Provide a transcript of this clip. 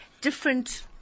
different